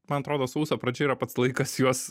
man atrodo sausio pradžia yra pats laikas juos